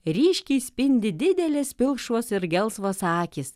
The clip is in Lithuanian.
ryškiai spindi didelės pilkšvos ir gelsvos akys